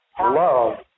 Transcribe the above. love